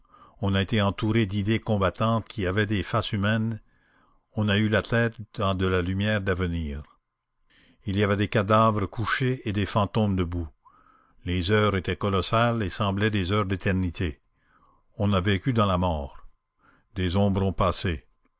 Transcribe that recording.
on a été entouré d'idées combattantes qui avaient des faces humaines on a eu la tête dans de la lumière d'avenir il y avait des cadavres couchés et des fantômes debout les heures étaient colossales et semblaient des heures d'éternité on a vécu dans la mort des ombres ont passé